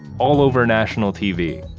all over national tv.